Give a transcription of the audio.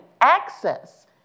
access